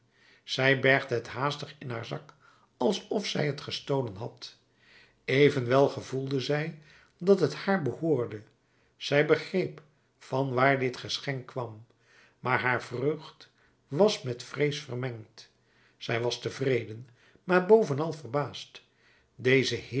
zij bergde het haastig in haar zak alsof zij het gestolen had evenwel gevoelde zij dat het haar behoorde zij begreep van waar dit geschenk kwam maar haar vreugd was met vrees vermengd zij was tevreden maar bovenal verbaasd deze